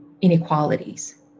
inequalities